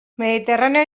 mediterraneo